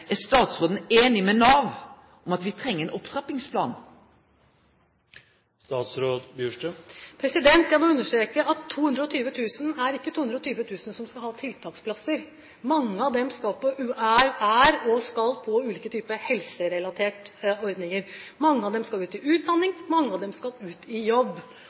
Er statsråden einig med Nav i at me treng ein opptrappingsplan? Jeg må understreke at tallet 220 000 ikke betyr at 220 000 skal ha tiltaksplasser. Mange av dem er på eller skal på ulike typer helserelaterte ordninger. Mange av dem skal ut i utdanning. Mange av dem skal ut i jobb.